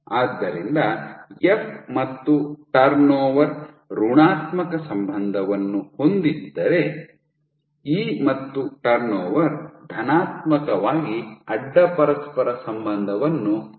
ಆದ್ದರಿಂದ ಎಫ್ ಮತ್ತು ಟರ್ನ್ಓವರ್ ಋಣಾತ್ಮಕ ಸಂಬಂಧವನ್ನು ಹೊಂದಿದ್ದರೆ ಇ ಮತ್ತು ಟರ್ನ್ಓವರ್ ಧನಾತ್ಮಕವಾಗಿ ಅಡ್ಡ ಪರಸ್ಪರ ಸಂಬಂಧವನ್ನು ಹೊಂದಿವೆ